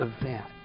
event